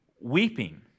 weeping